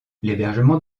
l’hébergement